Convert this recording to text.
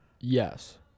Yes